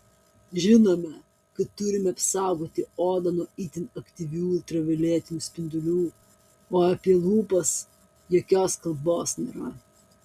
žinome kad turime apsaugoti odą nuo itin aktyvių uv spindulių o apie lūpas jokios kalbos nėra